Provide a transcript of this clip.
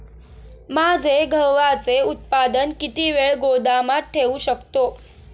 माझे गव्हाचे उत्पादन किती वेळ गोदामात ठेवू शकतो?